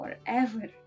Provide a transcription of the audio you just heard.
forever